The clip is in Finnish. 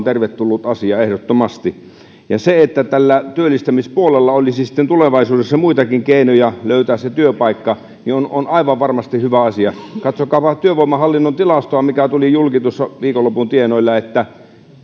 tervetullut asia ehdottomasti ja se että työllistämispuolella olisi sitten tulevaisuudessa muitakin keinoja löytää se työpaikka on aivan varmasti hyvä asia katsokaa vaan työvoimahallinnon tilastoa mikä tuli julki tuossa viikonlopun tienoilla että